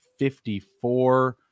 54